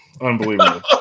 Unbelievable